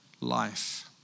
life